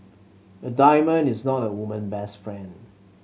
a diamond is not a woman best friend